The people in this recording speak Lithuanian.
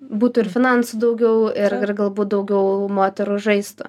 būtų ir finansų daugiau ir ir galbūt daugiau moterų žaistų